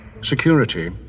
Security